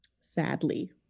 sadly